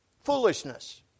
Foolishness